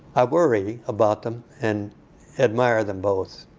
i worry about them and admire them, both.